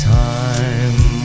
time